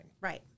Right